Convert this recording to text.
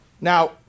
Now